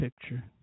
picture